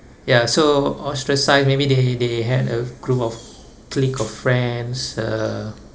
ya so ostracised maybe they they had a group of clique of friends uh